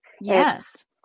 Yes